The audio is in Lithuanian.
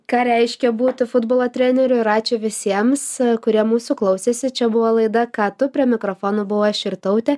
ką reiškia būti futbolo treneriu ir ačiū visiems kurie mūsų klausėsi čia buvo laida ką tu prie mikrofono buvau aš jurtautė